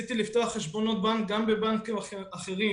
אחת, להגדיל את המקדם מ-0.5 ל-0.7,